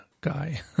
guy